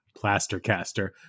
Plastercaster